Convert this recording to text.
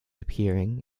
appearing